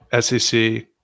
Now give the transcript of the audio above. SEC